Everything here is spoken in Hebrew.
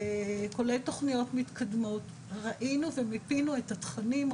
כולל תוכניות מתקדמות, ראינו ומיפינו את התכנים.